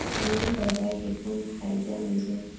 बीमा करवाय के कौन फाइदा मिलेल?